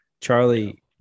Charlie